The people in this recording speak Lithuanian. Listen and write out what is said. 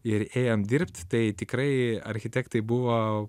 ir ėjom dirbt tai tikrai architektai buvo